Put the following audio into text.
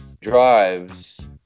drives